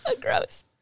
Gross